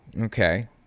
Okay